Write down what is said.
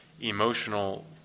emotional